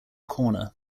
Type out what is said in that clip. corner